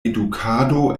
edukado